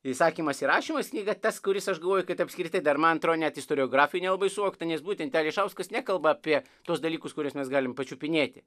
ir sakymasir rašymas knyga tas kuris aš galvoju kad apskritai dar man atrodo net istoriografija nelabai suvokta nes būtent ališauskas nekalba apie tuos dalykus kuriuos mes galim pačiupinėti